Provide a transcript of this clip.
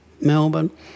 melbourne